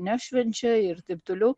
nešvenčia ir taip toliau